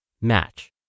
match